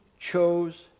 chose